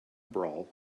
brawl